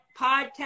Podcast